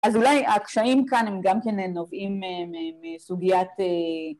אז אולי הקשיים כאן הם גם כן נובעים מסוגיית...